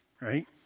right